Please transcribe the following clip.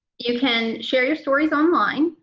you can share your stories online.